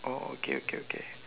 oh okay okay okay